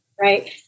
Right